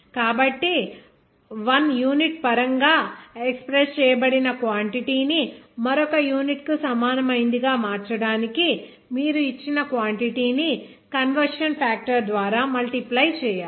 కాబట్టి 1 యూనిట్ పరంగా ఎక్స్ప్రెస్ చేయబడిన క్వాంటిటీ ని మరొక యూనిట్ కు సమానమైనది గా మార్చడానికి మీరు ఇచ్చిన క్వాంటిటీ ని కన్వర్షన్ ఫాక్టర్ ద్వారా మల్టీప్లై చేయాలి